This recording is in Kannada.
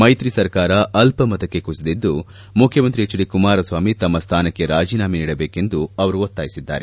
ಮೈತ್ರಿ ಸರ್ಕಾರ ಅಲ್ಲಮತಕ್ಕೆ ಕುಸಿದಿದ್ದು ಮುಖ್ಯಮಂತ್ರಿ ಎಚ್ ಡಿ ಕುಮಾರಸ್ವಾಮಿ ತಮ್ಮ ಸ್ಥಾನಕ್ಕೆ ರಾಜೀನಾಮೆ ನೀಡಬೇಕೆಂದು ಅವರು ಒತ್ತಾಯಿಸಿದ್ದಾರೆ